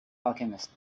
alchemist